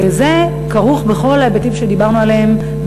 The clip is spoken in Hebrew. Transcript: וזה כרוך בכל ההיבטים שדיברנו עליהם,